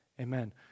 Amen